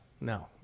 no